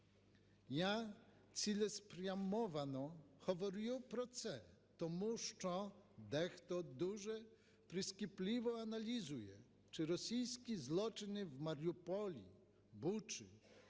Я цілеспрямовано говорю про це, тому що дехто дуже прискіпливо аналізує, чи російські злочини в Маріуполі, Бучі,